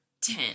ten